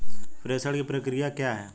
प्रेषण की प्रक्रिया क्या है?